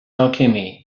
alchemy